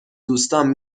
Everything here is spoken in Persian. دوستام